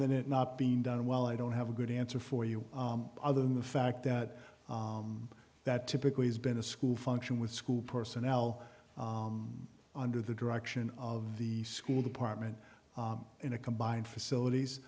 than it not been done well i don't have a good answer for you other than the fact that that typically has been a school function with school personnel under the direction of the school department in a combined facilities